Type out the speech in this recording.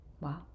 Wow